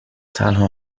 تنها